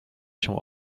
się